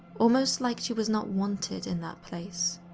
almost like she was not wanted in that place.